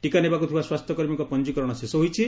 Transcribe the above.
ଟିକା ନେବାକୁ ଥିବା ସ୍ୱାସ୍ଥ୍ୟକର୍ମୀଙ୍କ ପଞୀକରଣ ଶେଷ ହୋଇଛି